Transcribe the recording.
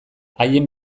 haien